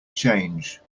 change